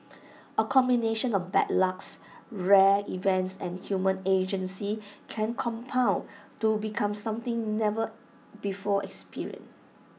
A combination of bad lucks rare events and human agency can compound to become something never before experienced